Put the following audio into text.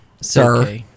sir